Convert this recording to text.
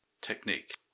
technique